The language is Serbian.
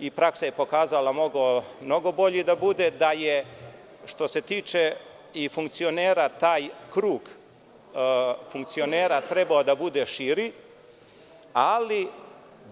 i praksa je pokazala da je mnogo bolji mogao da bude, da je što se tiče i funkcionera taj krug funkcionera trebao da bude širi, ali